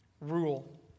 rule